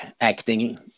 acting